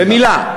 במילה: